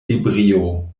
ebrio